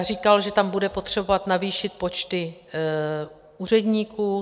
Říkal, že tam bude potřebovat navýšit počty úředníků.